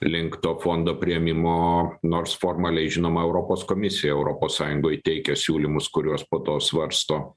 link to fondo priėmimo nors formaliai žinoma europos komisija europos sąjungoj teikia siūlymus kuriuos po to svarsto